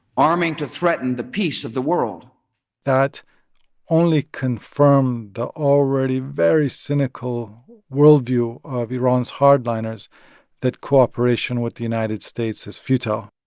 arming to threaten the peace of the world that only confirmed the already very cynical worldview of iran's hardliners that cooperation with the united states is futile